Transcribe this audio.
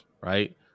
Right